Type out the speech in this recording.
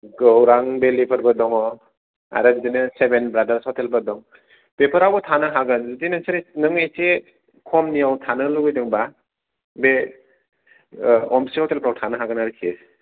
गौरां भेलिफोरबो दङ आरो बिदिनो सेबेन ब्रादार हतेलबो दं बेफोरावबो थानो हागोन जुदि नोंसोरो नों एसे खमनिआव थानो लुगैदोंबा बे अमस्रि हतेलफ्राव थानो हागोन आरखि